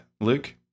Luke